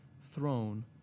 throne